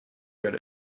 got